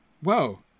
whoa